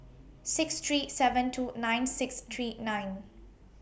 six three seven two nine six three nine